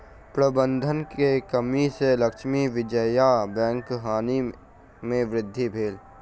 प्रबंधन के कमी सॅ लक्ष्मी विजया बैंकक हानि में वृद्धि भेल